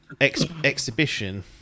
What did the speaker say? exhibition